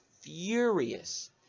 furious